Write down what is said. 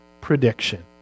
prediction